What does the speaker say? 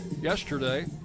yesterday